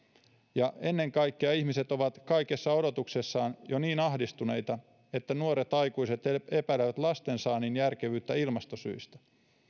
ja ennen kaikkea ihmiset ovat kaikessa odotuksessaan jo niin ahdistuneita että nuoret aikuiset epäilevät lastensaannin järkevyyttä ilmastosyistä